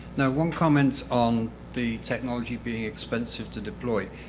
one comment on the technology being expensive to deploy,